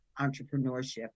entrepreneurship